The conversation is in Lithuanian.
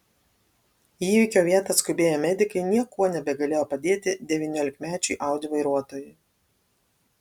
į įvykio vietą atskubėję medikai niekuo nebegalėjo padėti devyniolikmečiui audi vairuotojui